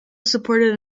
supported